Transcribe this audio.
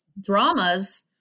dramas